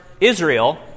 Israel